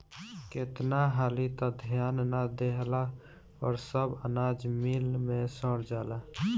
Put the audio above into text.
केतना हाली त ध्यान ना देहला पर सब अनाज मिल मे सड़ जाला